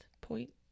point